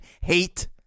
hate